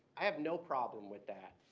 i have no problem with that,